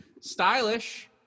stylish